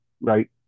right